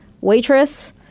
waitress